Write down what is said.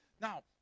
Now